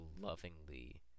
lovingly